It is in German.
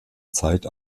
zeit